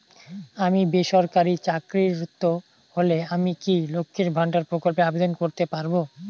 আমি বেসরকারি চাকরিরত হলে আমি কি লক্ষীর ভান্ডার প্রকল্পে আবেদন করতে পারব?